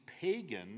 pagan